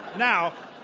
now,